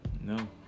No